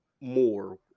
more